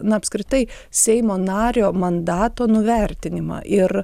na apskritai seimo nario mandato nuvertinimą ir